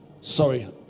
Sorry